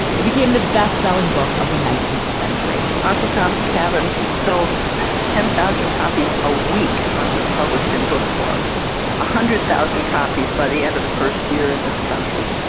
it became the bestselling book of the nineteenth century uncle tom's cabin sold ten thousand copies a week when it was published in book form one ah hundred thousand copies. by the end of the first year in this country,